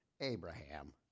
Abraham